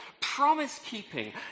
promise-keeping